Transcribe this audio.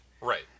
Right